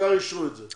העיקר אישרו את זה.